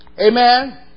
Amen